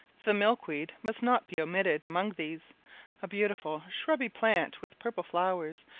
the milkweed must not be omitted among these a beautiful shrubby plant with purple flowers,